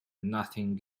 nothing